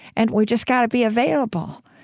and we've just got to be available.